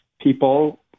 people